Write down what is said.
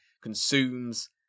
consumes